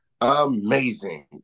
amazing